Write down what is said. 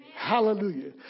Hallelujah